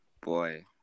boy